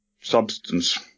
substance